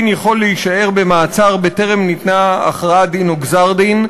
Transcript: יכול להישאר במעצר בטרם ניתנו הכרעת דין או גזר-דין,